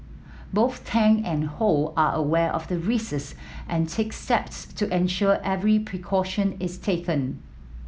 both Tang and Ho are aware of the risks and take steps to ensure every precaution is taken